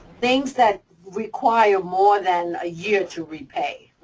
things that require more than a year to repay.